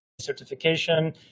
certification